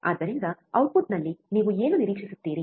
ಆದ್ದರಿಂದ ಔಟ್ಪುಟ್ನಲ್ಲಿ ನೀವು ಏನು ನಿರೀಕ್ಷಿಸುತ್ತೀರಿ